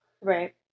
right